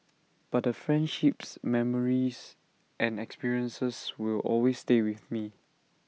but the friendships memories and experiences will always stay with me